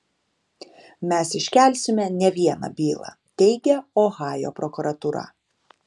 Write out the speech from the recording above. mes iškelsime ne vieną bylą teigia ohajo prokuratūra